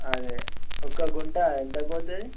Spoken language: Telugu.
అదే ఒక గుంట ఎంతకు పోతుంది